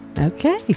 Okay